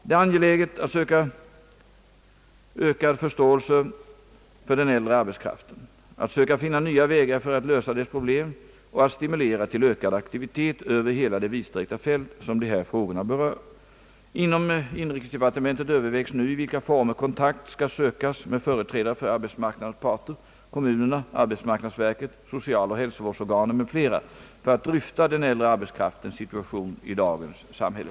Det är angeläget att skapa ökad förståelse för den äldre arbetskraften, att söka finna nya vägar för att lösa dess problem och att stimulera till ökad aktivitet över hela det vidsträckta fält som de här frågorna berör. Inom inrikesdepartementet övervägs nu i vilka former kontakt skall sökas med företrädare för arbetsmarknadens parter, kommunerna, arbetsmarknadsverket, socialoch hälsovårdsorganen m.fl. för att dryfta den äldre arbetskraftens situation i dagens samhälle.